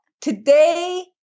today